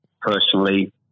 personally